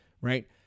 right